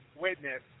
witness